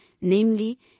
namely